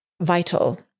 vital